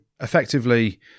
effectively